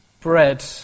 bread